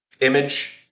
Image